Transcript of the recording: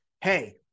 Hey